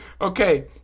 Okay